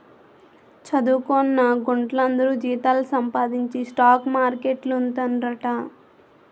చదువుకొన్న గుంట్లందరూ జీతాలు సంపాదించి స్టాక్ మార్కెట్లేడతండ్రట